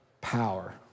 power